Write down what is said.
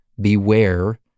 beware